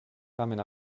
tamen